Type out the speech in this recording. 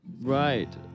Right